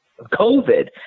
COVID